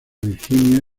virginia